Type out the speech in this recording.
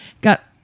got